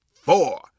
four